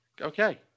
Okay